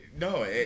no